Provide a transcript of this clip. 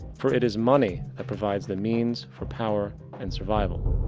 for it is money that provides the means for power and survival.